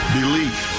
belief